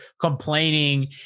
complaining